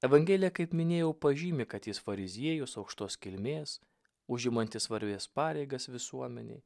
evangelija kaip minėjau pažymi kad jis fariziejus aukštos kilmės užimantis svarbias pareigas visuomenėj